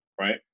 right